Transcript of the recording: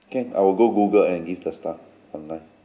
can I will go google and give the star online